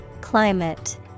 Climate